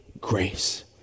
grace